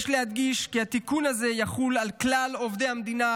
יש להדגיש כי התיקון הזה יחול על כלל עובדי המדינה